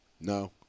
no